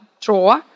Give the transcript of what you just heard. draw